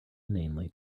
inanely